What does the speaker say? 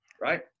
right